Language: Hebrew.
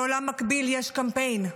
בעולם מקביל יש קמפיין.